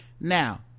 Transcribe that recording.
now